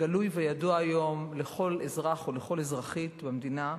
גלוי וידוע היום לכל אזרח ולכל אזרחית במדינה,